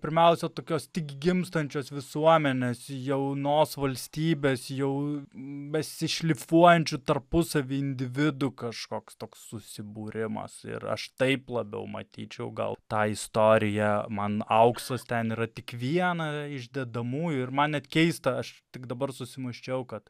pirmiausia tokios tik gimstančios visuomenės jaunos valstybės jau besišlifuojančių tarpusavy individų kažkoks toks susibūrimas ir aš taip labiau matyčiau gal tą istoriją man auksas ten yra tik viena iš dedamųjų ir man net keista aš tik dabar susimąsčiau kad